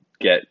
get